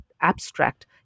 abstract